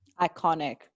Iconic